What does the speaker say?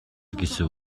гэсэн